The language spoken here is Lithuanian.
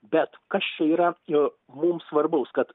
bet kas čia yra yra e mums svarbaus kad